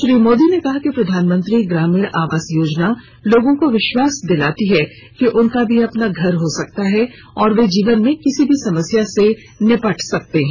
श्री मोदी ने कहा कि प्रधानमंत्री ग्रामीण आवास योजना लोगों को विश्वास दिलाती है कि उनका भी अपना घर हो सकता है और वे जीवन में किसी भी समस्या से निपट सकते हैं